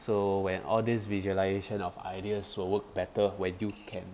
so when all these visualization of ideas will work better when you can